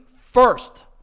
first